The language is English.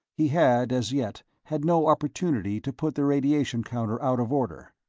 he had, as yet, had no opportunity to put the radiation counter out of order.